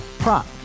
Prop